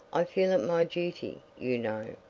i feel it my duty, you know.